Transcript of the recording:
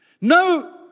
No